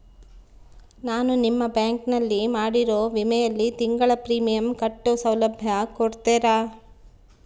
ನಾನು ನಿಮ್ಮ ಬ್ಯಾಂಕಿನಲ್ಲಿ ಮಾಡಿರೋ ವಿಮೆಯಲ್ಲಿ ತಿಂಗಳ ಪ್ರೇಮಿಯಂ ಕಟ್ಟೋ ಸೌಲಭ್ಯ ಕೊಡ್ತೇರಾ?